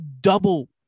double